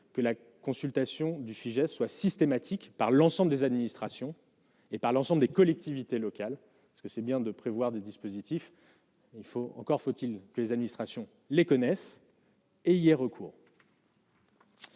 que la consultation du sujet soit systématique par l'ensemble des administrations et par l'ensemble des collectivités locales parce que c'est bien de prévoir des dispositifs, il faut encore faut-il que les administrations les connaissent. Et hier, recours.